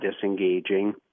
disengaging